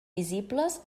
visibles